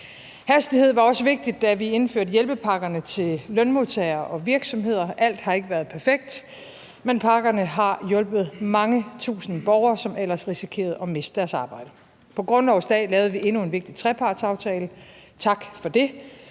Hastighed var også vigtigt, da vi indførte hjælpepakkerne til lønmodtagere og virksomheder. Alt har ikke været perfekt, men pakkerne har hjulpet mange tusind borgere, som ellers risikerede at miste deres arbejde. På grundlovsdag lavede vi endnu en vigtig trepartsaftale. Tak for det.